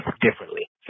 differently